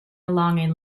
along